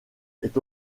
est